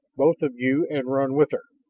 both of you and run with her!